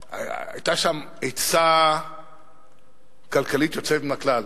היתה שם עצה כלכלית יוצאת מן הכלל.